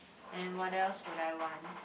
and what else would I want